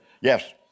yes